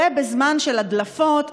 ובזמן של הדלפות,